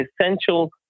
essential